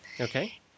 Okay